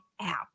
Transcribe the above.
app